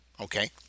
Okay